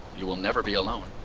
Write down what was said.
you will never be alone